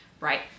right